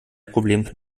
problem